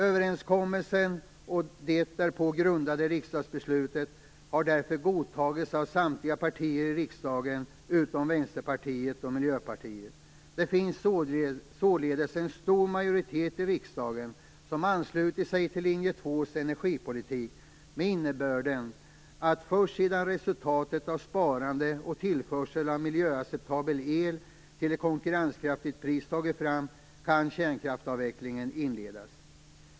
Överenskommelsen och det därpå grundade riksdagsbeslutet har därför godtagits av samtliga partier i riksdagen utom Vänsterpartiet och Miljöpartiet. Det finns således en stor majoritet i riksdagen som har anslutit sig till linje 2:s energipolitik, med innebörden att först sedan resultatet av sparande och tillförsel av miljöacceptabel el till ett konkurrenskraftigt pris tagits fram, kan kärnkraftsavvecklingen inledas.